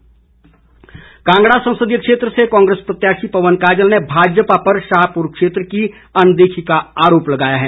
पवन काजल कांगड़ा संसदीय क्षेत्र से कांग्रेस प्रत्याशी पवन काजल ने भाजपा पर शाहपुर क्षेत्र की अनदेखी का आरोप लगाया है